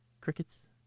Crickets